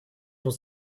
pour